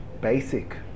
basic